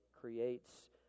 creates